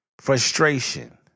frustration